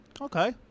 Okay